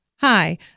Hi